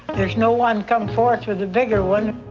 there's no one come forth with a bigger one